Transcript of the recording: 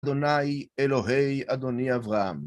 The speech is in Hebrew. אדוני אלוהי אדוני אברהם.